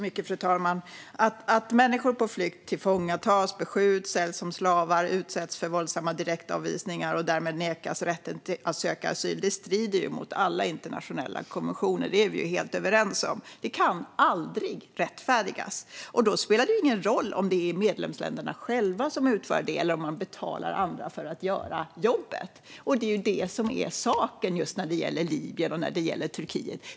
Fru talman! Att människor på flykt tillfångatas, beskjuts, säljs som slavar, utsätts för våldsamma direktavvisningar och därmed nekas rätten att söka asyl strider ju mot alla internationella konventioner, och det är vi helt överens om. Det kan aldrig rättfärdigas. Då spelar det ingen om roll om det är medlemsländerna själva som utför jobbet eller om man betalar andra för att göra det. Det är det som är saken just när det gäller Libyen och Turkiet.